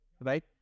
right